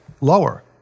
lower